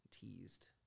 teased